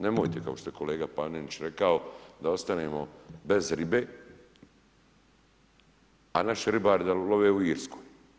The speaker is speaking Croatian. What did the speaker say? Nemojte kao što je kolega Panenić rekao, da ostanemo bez ribe a naši ribari da love u Irskoj.